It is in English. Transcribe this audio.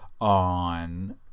on